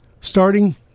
Starting